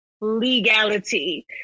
legality